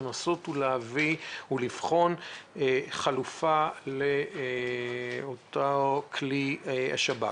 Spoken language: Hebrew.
לנסות להביא או לבחון חלופה לאותו כלי של השב"כ.